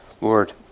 Lord